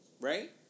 right